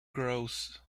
grows